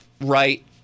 right